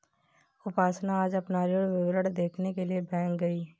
उपासना आज अपना ऋण विवरण देखने के लिए बैंक गई